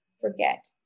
forget